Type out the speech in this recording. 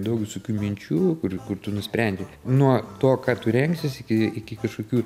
daug visokių minčių kurių kur tu nusprendi nuo to ką tų rengsies iki iki kažkokių